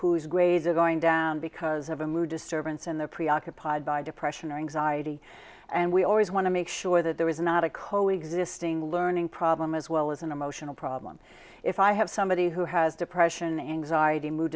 who's grades are going down because of a mood disturbance in the preoccupied by depression or anxiety and we always want to make sure that there is not a co existing learning problem as well as an emotional problem if i have somebody who has depression anxiety mo